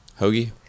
Hoagie